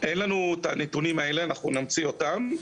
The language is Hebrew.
אין לנו את הנתונים האלה, אנחנו נמציא אותם.